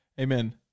Amen